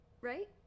right